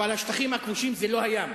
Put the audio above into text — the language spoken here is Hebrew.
אבל השטחים הכבושים זה לא הים,